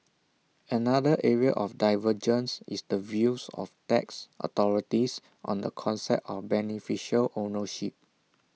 another area of divergence is the views of tax authorities on the concept of beneficial ownership